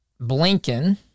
Blinken